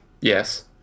Yes